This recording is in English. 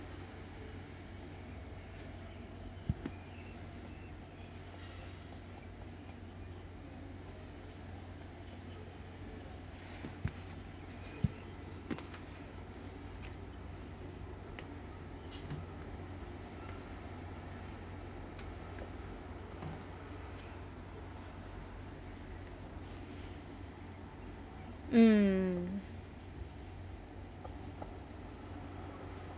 mm